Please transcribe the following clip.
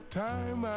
time